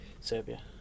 Serbia